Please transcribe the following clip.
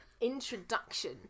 introduction